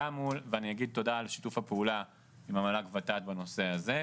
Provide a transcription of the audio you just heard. ואני אגיד תודה על שיתוף הפעולה עם המל"ג/ות"ת בנושא הזה.